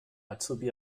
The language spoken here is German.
azubi